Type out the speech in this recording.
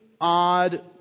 odd